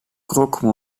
croque